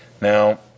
Now